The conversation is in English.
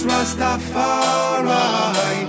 Rastafari